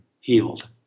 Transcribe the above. healed